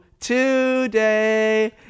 today